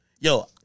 Yo